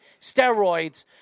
steroids